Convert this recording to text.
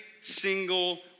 single